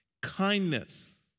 Kindness